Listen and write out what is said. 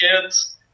kids